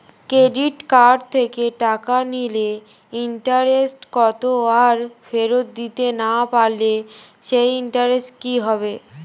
Credit card থেকে টাকা নিলে ইন্টারেস্ট কত আর ফেরত দিতে না পারলে সেই ইন্টারেস্ট কি হবে?